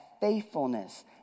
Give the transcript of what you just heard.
faithfulness